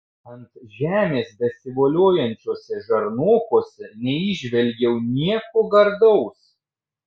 ant žemės besivoliojančiuose žarnokuose neįžvelgiau nieko gardaus